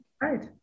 Right